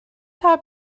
how